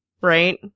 right